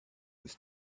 was